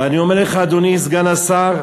ואני אומר לך, אדוני סגן השר,